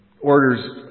orders